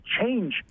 change